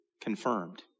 confirmed